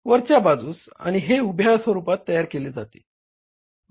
वरच्या बाजूस आणि हे उभ्या स्वरूपात तयार केले जाते